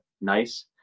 nice